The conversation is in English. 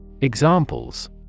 Examples